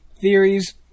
theories